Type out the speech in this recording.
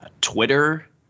twitter